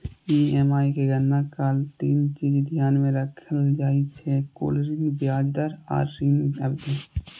EMI के गणना काल तीन चीज ध्यान मे राखल जाइ छै, कुल ऋण, ब्याज दर आ ऋण अवधि